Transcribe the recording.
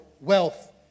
wealth